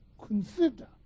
consider